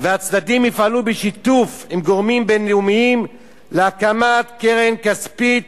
"הצדדים יפעלו בשיתוף עם גורמים בין-לאומיים להקמת קרן כספית